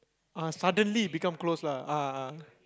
ah suddenly become close lah ah ah